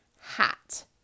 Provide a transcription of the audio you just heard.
hat